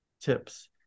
tips